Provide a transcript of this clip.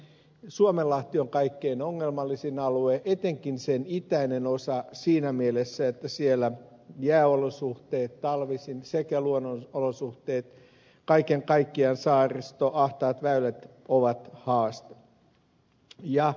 suomenlahti on kaikkein ongelmallisin alue etenkin sen itäinen osa siinä mielessä että siellä jääolosuhteet talvisin sekä luonnonolosuhteet kaiken kaikkiaan saaristo ahtaat väylät ovat haaste